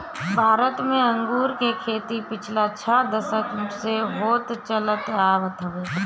भारत में अंगूर के खेती पिछला छह दशक से होत चलत आवत हवे